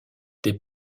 des